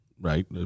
right